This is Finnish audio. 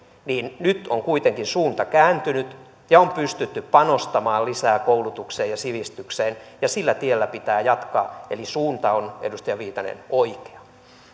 nyt on kuitenkin suunta kääntynyt ja on pystytty panostamaan lisää koulutukseen ja sivistykseen ja sillä tiellä pitää jatkaa eli suunta on edustaja viitanen oikea